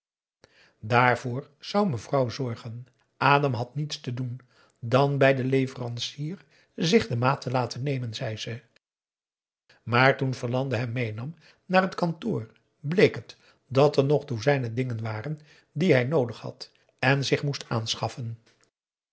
dààrvoor zou mevrouw zorgen adam had niets te doen dan bij den leverancier zich de maat te laten nemen zei ze maar toen verlande hem meenam naar het kantoor bleek het dat er nog dozijnen dingen waren die hij noodig had en zich moest aanschaffen